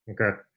Okay